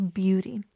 beauty